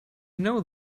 know